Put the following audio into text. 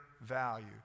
value